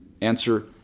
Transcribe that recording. Answer